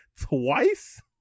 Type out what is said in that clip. twice